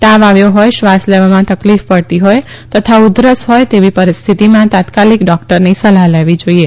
તાવ આવ્યો હોય શ્વાસ લેવામાં તકલીફ પડતી હોય તથા ઉધરસ હોય તેવી પરિસ્થિતિમાં તાત્કાલીક ડોક્ટરની સલાહ લેવી જોઈએ